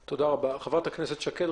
חברת הכנסת שקד,